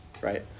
right